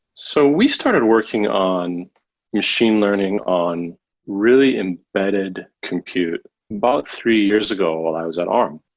so we started working on machine learning on really embedded compute about three years ago while i was at arm.